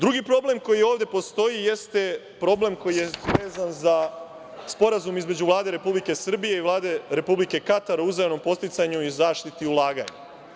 Drugi problem koji ovde postoji jeste problem koji je vezan za sporazum između Vlade Republike Srbije i Vlade Republike Katar o uzajamnom podsticanju i zaštiti ulaganja.